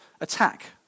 attack